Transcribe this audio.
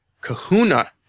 kahuna